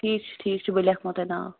ٹھیٖک چھُ ٹھیٖک چھُ بہٕ لیکھمو تۄہہِ ناو